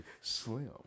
Slim